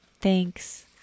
Thanks